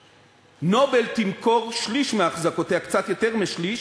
"נובל" תמכור שליש מאחזקותיה, קצת יותר משליש,